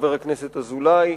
חבר הכנסת אזולאי,